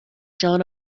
john